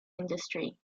industry